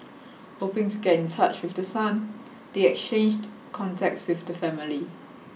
hoping to get in touch with the son they exchanged contacts with the family